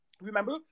Remember